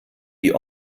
die